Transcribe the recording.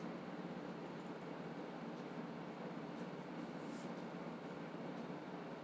mm